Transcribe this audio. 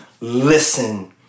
Listen